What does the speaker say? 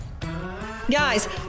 Guys